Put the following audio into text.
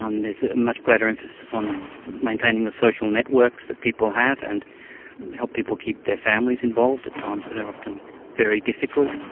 um there's a much greater emphasis on maintaining the social networks that people have and help people keep their families involved at times that are often very difficult.